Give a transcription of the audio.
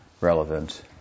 relevant